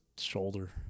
shoulder